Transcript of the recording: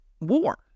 war